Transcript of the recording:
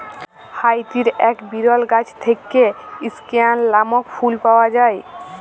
হাইতির এক বিরল গাছ থেক্যে স্কেয়ান লামক ফুল পাওয়া যায়